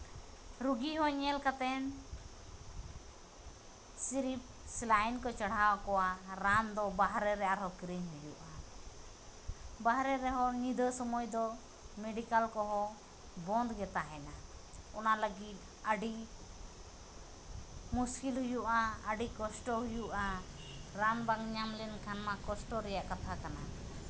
ᱨᱩᱜᱤ ᱦᱚᱸ ᱧᱮᱞ ᱠᱟᱛᱮᱫ ᱥᱮᱨᱮᱯ ᱥᱤᱞᱟᱭᱤᱱ ᱠᱚ ᱪᱟᱲᱦᱟᱣ ᱟᱠᱚᱣᱟ ᱨᱟᱱ ᱫᱚ ᱵᱟᱦᱨᱮ ᱨᱮ ᱟᱨᱦᱚᱸ ᱠᱤᱨᱤᱧ ᱦᱩᱭᱩᱜᱼᱟ ᱵᱟᱦᱨᱮ ᱨᱮᱦᱚᱸ ᱧᱤᱫᱟᱹ ᱥᱚᱢᱚᱭ ᱫᱚ ᱢᱮᱰᱤᱠᱮᱞ ᱠᱚᱦᱚᱸ ᱵᱚᱱᱫᱷ ᱜᱮ ᱛᱟᱦᱮᱱᱟ ᱚᱱᱟ ᱞᱟᱹᱜᱤᱫ ᱟᱹᱰᱤ ᱟᱹᱰᱤ ᱢᱩᱥᱠᱤᱞ ᱦᱩᱭᱩᱜᱼᱟ ᱟᱹᱰᱤ ᱠᱚᱥᱴᱚ ᱦᱩᱭᱩᱜᱼᱟ ᱨᱟᱱ ᱵᱟᱝ ᱧᱟᱢ ᱞᱮᱱᱠᱷᱟᱱ ᱢᱟ ᱠᱚᱥᱴᱚ ᱨᱮᱭᱟᱜ ᱠᱟᱛᱷᱟ ᱠᱟᱱᱟ